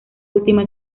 última